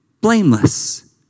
blameless